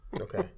Okay